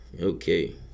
Okay